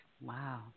Wow